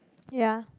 ya